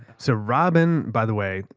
so robin, by the way,